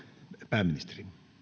arvoisa